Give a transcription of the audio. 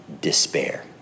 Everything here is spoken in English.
Despair